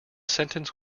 sentence